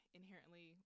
inherently